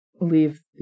leave